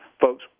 Folks